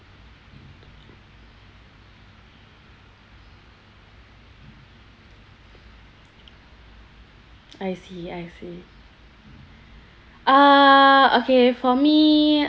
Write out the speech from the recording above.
I see I see uh okay for me